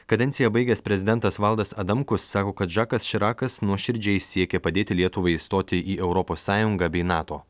kadenciją baigęs prezidentas valdas adamkus sako kad žakas širakas nuoširdžiai siekė padėti lietuvai įstoti į europos sąjungą bei nato